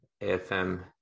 AFM